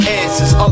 answers